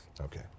Okay